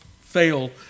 fail